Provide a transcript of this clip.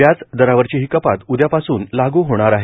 व्याज दरावरची ही कपात उद्यापासून लागू होणार आहे